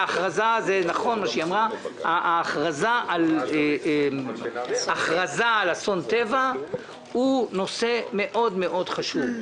ההכרזה על אסון טבע היא נושא מאוד מאוד חשוב,